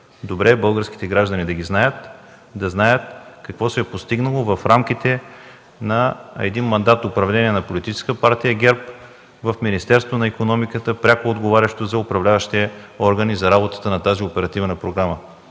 Добре е българските граждани да знаят какво се е постигнало в рамките на един мандат управление на Политическа партия ГЕРБ в Министерството на икономиката и енергетиката, пряко отговарящо за управляващите органи за работата на тази оперативна програма.